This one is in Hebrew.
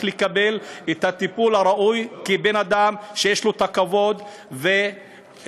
לקבל את הטיפול הראוי כבן-אדם שיש לו כבוד ומוסר,